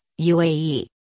UAE